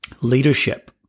leadership